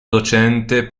docente